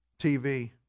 TV